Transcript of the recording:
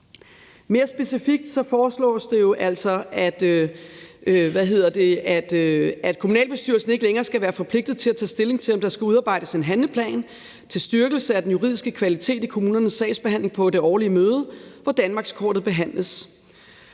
Mere specifikt foreslås det jo altså, at kommunalbestyrelsen ikke længere skal være forpligtet til at tage stilling til, om der skal udarbejdes en handleplan til styrkelse af den juridiske kvalitet i kommunernes sagsbehandling på det årlige møde, hvor danmarkskortet behandles.